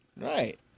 Right